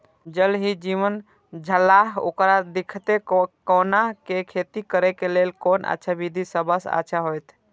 ज़ल ही जीवन छलाह ओकरा देखैत कोना के खेती करे के लेल कोन अच्छा विधि सबसँ अच्छा होयत?